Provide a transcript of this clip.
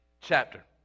chapter